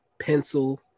pencil